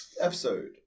episode